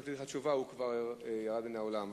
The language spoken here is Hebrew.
הלאומיות ביום כ"ו באייר התשס"ט (20 במאי 2009):